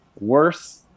worse